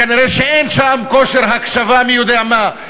כנראה אין שם כושר הקשבה מי יודע מה,